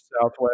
Southwest